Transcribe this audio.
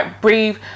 breathe